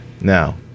now